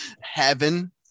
Heaven